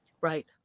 Right